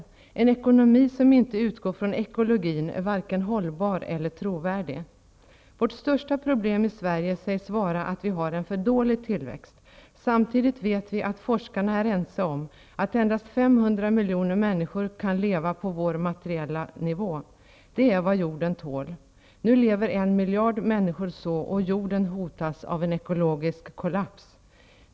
En ekonomi som inte utgår från ekologin är varken hållbar eller trovärdig. Vårt största problem i Sverige sägs vara att vi har en för dålig tillväxt. Samtidigt vet vi att forskarna är ense om att endast 500 miljoner människor kan leva på vår materiella nivå. Det är vad jorden tål. Nu lever en miljard människor så, och jorden hotas av en ekologisk kollaps.